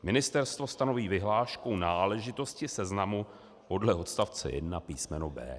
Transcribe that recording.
Ministerstvo stanoví vyhláškou náležitosti seznamu podle odstavce 1 písm. b).